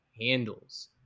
handles